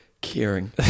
caring